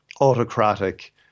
autocratic